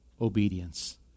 obedience